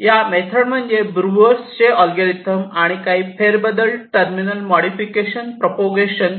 ह्या मेथड म्हणजे ब्रूअरचे Breuer's ऍलगोरिदम आणि काही फेरबदल टर्मिनल मोडिफिकेशन प्रपोगेशन